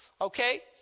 okay